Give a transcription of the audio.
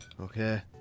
okay